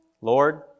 Lord